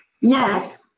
Yes